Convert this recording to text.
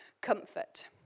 comfort